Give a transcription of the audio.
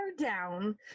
down